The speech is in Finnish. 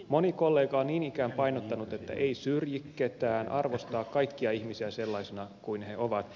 moni kollega on niin ikään painottanut että ei syrji ketään arvostaa kaikkia ihmisiä sellaisina kuin he ovat